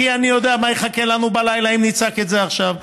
כי אני יודע מה יחכה לנו בלילה אם נצעק את זה עכשיו.